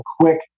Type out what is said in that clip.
quick